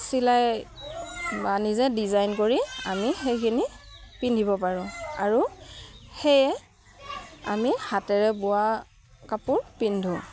চিলাই বা নিজে ডিজাইন কৰি আমি সেইখিনি পিন্ধিব পাৰোঁ আৰু সেয়ে আমি হাতেৰে বোৱা কাপোৰ পিন্ধোঁ